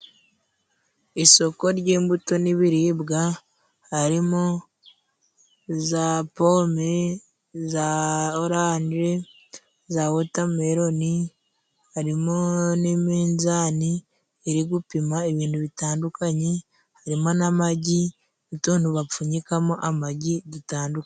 Isoko ry'imbuto n'ibiribwa harimo: za pome, za oranje, za wotameroni, harimo n'iminzani iri gupima ibintu bitandukanye, harimo n'amagi n'utuntu bapfunyikamo amagi dutandukanye.